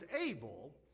able